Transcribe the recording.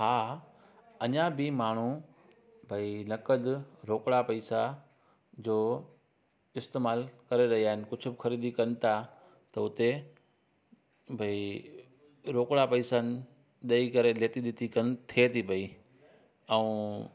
हा अञा बि माण्हू भाई नक़द रोकिड़ा पैसा जो इस्तेमालु करे रहिया आहिनि कुझु बि खरीदी कनि था त हुते भाई रोकिड़ा पैसा ॾेई करे लेती देती कमु थिए थी पई ऐं